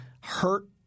hurt